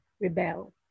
rebel